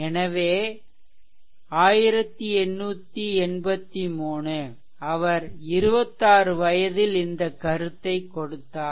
எனவே 1883 அவர் 26 வயதில் இந்த கருத்தை கொடுத்தார்